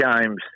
games